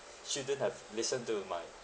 shouldn't have listen to my